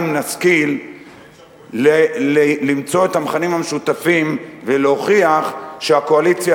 אם נשכיל למצוא את המכנים המשותפים ולהוכיח שהקואליציה